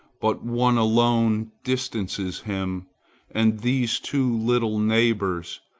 but one alone distances him and these two little neighbors,